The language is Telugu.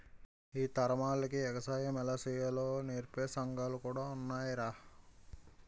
ఈ తరమోల్లకి ఎగసాయం ఎలా సెయ్యాలో నేర్పే సంగాలు కూడా ఉన్నాయ్రా